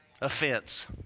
offense